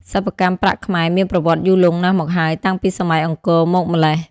សិប្បកម្មប្រាក់ខ្មែរមានប្រវត្តិយូរលង់ណាស់មកហើយ តាំងពី សម័យអង្គរ មកម្ល៉េះ។